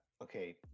Okay